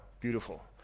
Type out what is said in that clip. beautiful